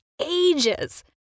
ages